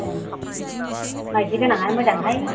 ए माइदि गोनाङानो मोजांहाय